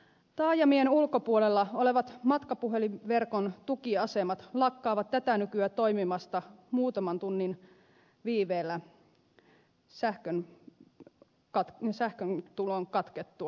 taajamien ulkopuolella olevat matkapuhelinverkon tukiasemat lakkaavat tätä nykyä toimimasta muutaman tunnin viipeellä sähköntulon katkettua